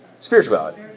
Spirituality